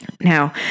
Now